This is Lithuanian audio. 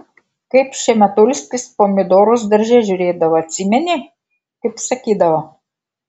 kaip šemetulskis pomidorus darže žiūrėdavo atsimeni kaip sakydavo